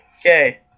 Okay